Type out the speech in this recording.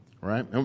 right